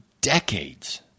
decades